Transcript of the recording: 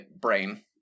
brain